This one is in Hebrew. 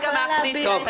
היא יכולה להביע את עמדתה.